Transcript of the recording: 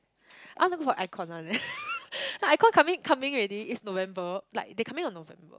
I want to for iKon [one] eh iKon coming coming already it's November like they coming on November